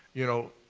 you know,